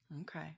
Okay